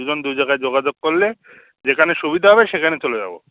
দুজন দু জায়গায় যোগাযোগ করলে যেখানে সুবিধা হবে সেখানে চলে যাব